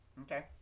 Okay